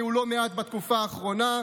היו לא מעט בתקופה האחרונה,